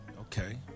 Okay